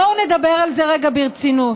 בואו נדבר על זה רגע ברצינות.